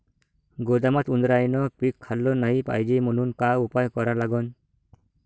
गोदामात उंदरायनं पीक खाल्लं नाही पायजे म्हनून का उपाय करा लागन?